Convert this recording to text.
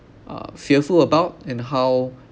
uh fearful about and how